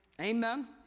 Amen